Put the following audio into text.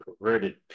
Perverted